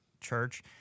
church